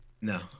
No